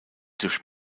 durch